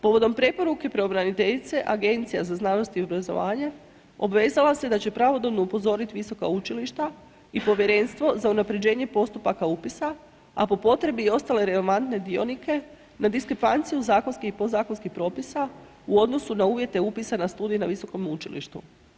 Povodom preporuke pravobraniteljice, Agencija za znanost i obrazovanje obvezala se da će pravodobno upozoriti visoka učilišta i Povjerenstvo za unaprjeđenje postupaka upisa, a po potrebi i ostale relevantne dionike na diskrepanciju zakonskih i podzakonskih propisa u odnosu na uvjete upisa na studije na visokom učilištu.